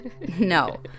No